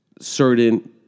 certain